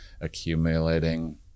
accumulating